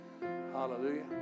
hallelujah